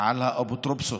על האפוטרופסות,